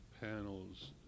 panels